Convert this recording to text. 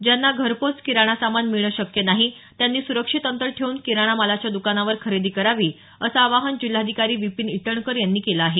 ज्यांना घरपोहोच किराणा सामान मिळणं शक्य नाही त्यांनी सुरक्षित अंतर ठेवून किराणामालाच्या दकानावर खरेदी करावी असं आवाहन जिल्हाधिकारी विपीन इटणकर यांनी केलं आहे